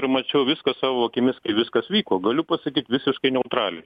ir mačiau viską savo akimis kai viskas vyko galiu pasakyt visiškai neutraliai